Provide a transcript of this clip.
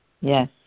Yes